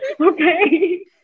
okay